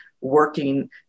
working